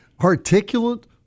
Articulate